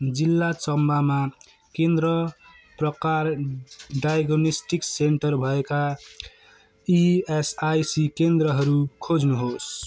जिल्ला चम्बामा केन्द्र प्रकार डायगोनिस्टिक सेन्टर भएका ई एस आइ सी केन्द्रहरू खोज्नुहोस्